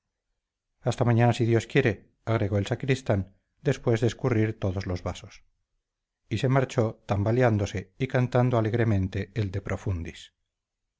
hasta mañana si dios quiere agregó el sacristán después de escurrir todos los vasos y se marchó tambaleándose y cantando alegremente el de profundis